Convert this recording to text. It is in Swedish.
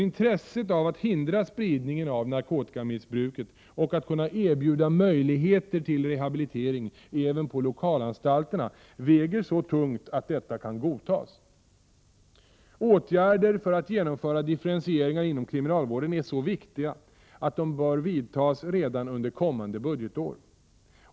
Intresset av att hindra spridningen av narkotikamissbruket och att kunna erbjuda möjligheter till rehabilitering även på lokalanstalterna väger emellertid så tungt att detta kan godtas. Åtgärder för att genomföra differentieringar inom kriminalvården är så viktiga att de bör vidtas redan under kommande budgetår.